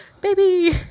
baby